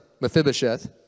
Mephibosheth